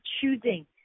choosing